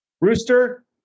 Rooster